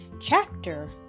CHAPTER